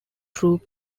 through